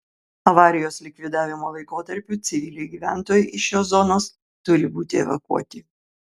avarijos likvidavimo laikotarpiu civiliai gyventojai iš šios zonos turi būti evakuoti